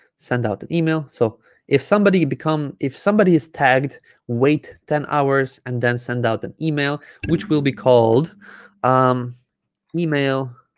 send out an email so if somebody become if somebody is tagged wait ten hours and then send out an email which will be called um email